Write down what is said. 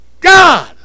God